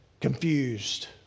Confused